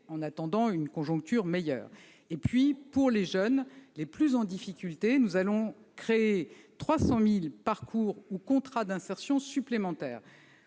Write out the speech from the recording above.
en attendant une conjoncture meilleure. Pour les jeunes les plus en difficulté, 300 000 parcours ou contrats d'insertion supplémentaires